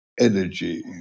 energy